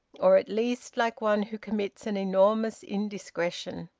or at least like one who commits an enormous indiscretion.